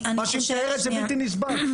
מה שהיא מתארת זה בלתי נסבל.